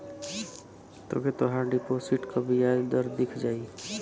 तोके तोहार डिपोसिट क बियाज दर दिख जाई